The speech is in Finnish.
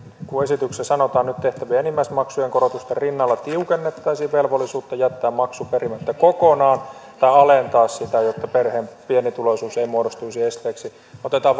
kuten esityksessä sanotaan nyt tehtävien enimmäismaksujen korotusten rinnalla tiukennettaisiin velvollisuutta jättää maksu perimättä kokonaan tai alentaa sitä jotta perheen pienituloisuus ei muodostuisi esteeksi otetaan